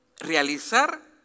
realizar